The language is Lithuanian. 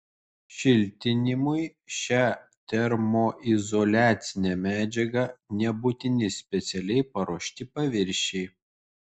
šiltinimui šia termoizoliacine medžiaga nebūtini specialiai paruošti paviršiai